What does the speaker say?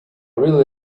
really